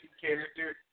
character